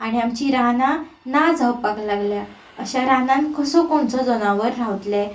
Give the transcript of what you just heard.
आनी आमचीं रानां ना जावपाक लागल्यांत अशे रानांत कसो खंयचो जनावर रावतले